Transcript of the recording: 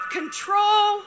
control